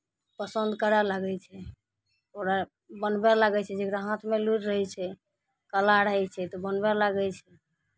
पसन्द करय लागै छै ओकरा बनबय लागै छै जकरा हाथमे लुरि रहै छै कला रहै छै तऽ बनबय लागै छै